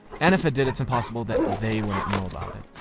and if it did, it's impossible that they wouldn't know about it!